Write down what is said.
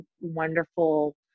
wonderful